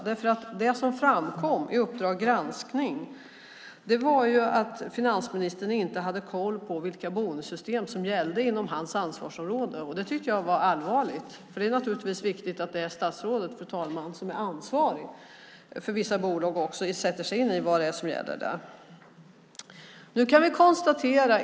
Det som framkom i Uppdrag granskning var att finansministern inte hade koll på vilka bonussystem som gällde inom hans ansvarsområde. Det tyckte jag var allvarligt, för det är naturligtvis viktigt att det statsråd som är ansvarig för vissa bolag också sätter sig in i vad det är som gäller där, fru talman.